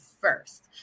first